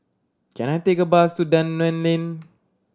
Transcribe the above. can I take a bus to Dunman Lane